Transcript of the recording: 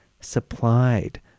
supplied